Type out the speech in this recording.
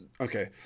okay